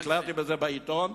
נתקלתי בזה בעיתון.